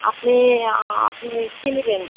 আপনি আপনি কী নিবেন